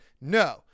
No